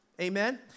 Amen